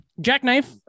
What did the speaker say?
Jackknife